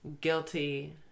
guilty